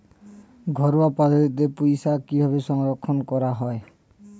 ঘরোয়া পদ্ধতিতে পুই শাক কিভাবে সংরক্ষণ করা হয়?